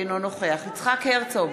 אינו נוכח יצחק הרצוג,